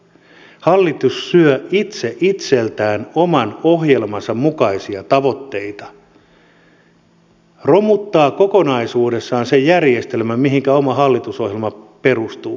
hallitus syö itse itseltään oman ohjelmansa mukaisia tavoitteita romuttaa kokonaisuudessaan sen järjestelmän mihinkä oma hallitusohjelma perustuu